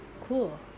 cool